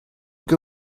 good